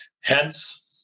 Hence